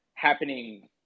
happening